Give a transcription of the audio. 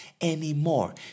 anymore